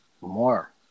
more